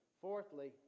Fourthly